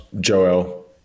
Joel